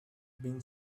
been